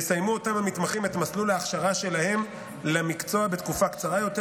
יסיימו אותם המתמחים את מסלול ההכשרה שלהם למקצוע בתקופה קצרה יותר,